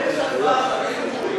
18 נגד.